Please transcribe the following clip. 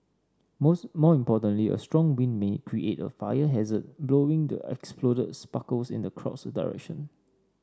most more importantly a strong wind may create a fire hazard blowing the exploded sparkles in the crowd's direction